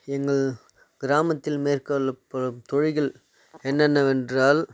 எங்கள் கிராமத்தில் மேற்கொள்ளப்படும் தொழில்கள் என்னென்னவென்றால்